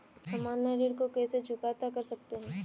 हम ऑनलाइन ऋण को कैसे चुकता कर सकते हैं?